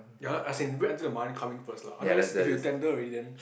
ya lah as in wait for the money come in first lah otherwise if you tender already then